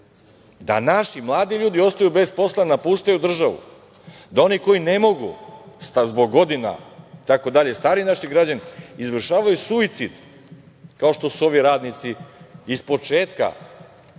da naši mladi ljudi ostaju bez posla, napuštaju državu, da oni koji ne mogu, da li zbog godina, stariji naši građani, izvršavaju suicid, kao što su ovi radnici iz početka